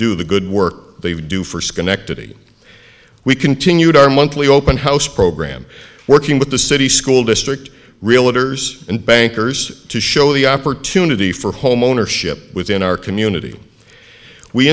do the good work they do for schenectady we continued our monthly open house program working with the city school district realtors and bankers to show the opportunity for homeownership within our community we